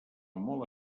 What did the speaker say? molt